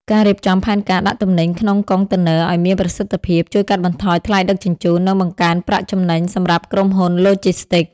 ការរៀបចំផែនការដាក់ទំនិញក្នុងកុងតឺន័រឱ្យមានប្រសិទ្ធភាព ជួយកាត់បន្ថយថ្លៃដឹកជញ្ជូន និងបង្កើនប្រាក់ចំណេញសម្រាប់ក្រុមហ៊ុនឡូជីស្ទីក។